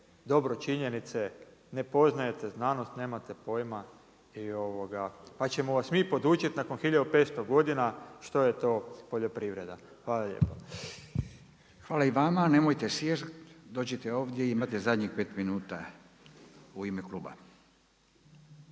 dobro činjenice, ne poznajete znanost, nemate pojma pa ćemo vas mi podučiti nakon 1500 godina što je to poljoprivreda. Hvala lijepa. **Radin, Furio (Nezavisni)** Hvala i vama. Nemojte sjest, dođite ovdje imate zadnjih pet minuta u ime kluba.